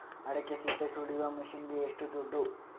ಅಡಿಕೆ ಸಿಪ್ಪೆ ಸುಲಿಯುವ ಮಷೀನ್ ಗೆ ಏಷ್ಟು ದುಡ್ಡು?